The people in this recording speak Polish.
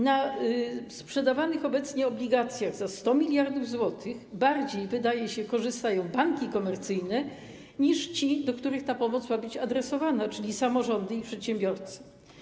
Na sprzedawanych obecnie obligacjach za 100 mld zł bardziej, wydaje się, korzystają banki komercyjne niż ci, do których ta pomoc ma być adresowana, czyli samorządy i przedsiębiorcy.